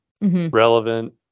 relevant